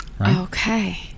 Okay